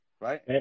right